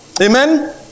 Amen